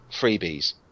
freebies